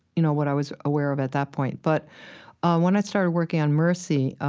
you know, what i was aware of at that point but when i started working on mercy